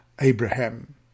Abraham